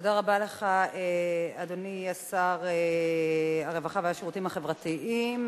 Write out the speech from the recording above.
תודה רבה לך, אדוני שר הרווחה והשירותים החברתיים.